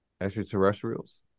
extraterrestrials